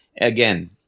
again